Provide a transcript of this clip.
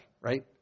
right